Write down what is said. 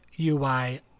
UI